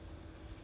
rising